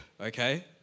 okay